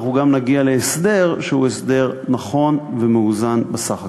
אנחנו גם נגיע להסדר שהוא הסדר נכון ומאוזן בסך הכול.